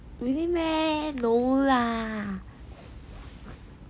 really meh no lah